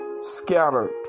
scattered